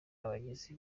abagizi